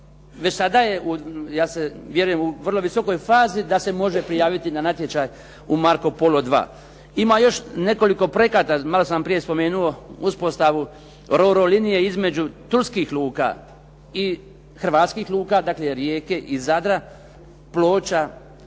već sada je ja vjerujem u vrlo visokoj fazi da se može prijaviti na natječaj u "Marco Polo II". Ima još nekoliko projekata. Malo sam prije spomenuo uspostavu "Ro-Ro" linije između turskih luka i hrvatskih luka, dakle Rijeke i Zadra, Ploča